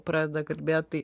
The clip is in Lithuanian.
pradeda kalbėt tai